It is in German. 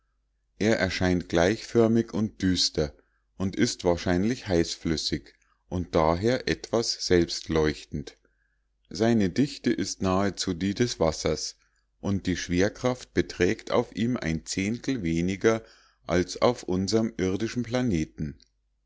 er erscheint gleichförmig und düster und ist wahrscheinlich heißflüssig und daher etwas selbstleuchtend seine dichte ist nahezu die des wassers und die schwerkraft beträgt auf ihm ein zehntel weniger als auf unserm irdischen planeten